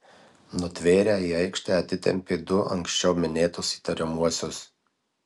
nutvėrę į aikštę atitempė du anksčiau minėtus įtariamuosius